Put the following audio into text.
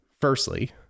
firstly